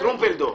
טרומפלדור,